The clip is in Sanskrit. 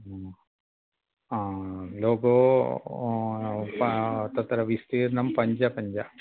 लोगो तत्र विस्तीर्णं पञ्च पञ्च